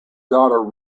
daughter